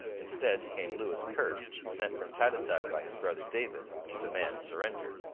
instead came lewis kirke, sent from tadoussac by his brother david, to demand surrender.